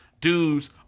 dudes